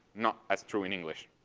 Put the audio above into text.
not as true in english.